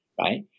right